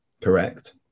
correct